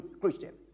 Christian